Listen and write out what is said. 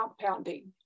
compounding